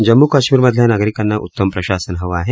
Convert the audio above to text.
जम्मू कश्मीरमधल्या नागरिकांना उत्तम प्रशासन हवं आहे